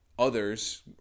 others